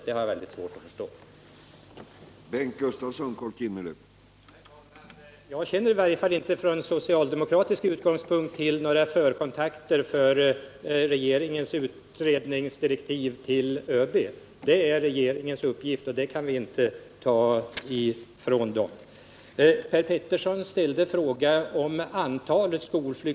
Jag har mycket svårt att förstå att det inte skulle vara möjligt.